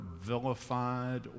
vilified